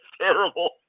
terrible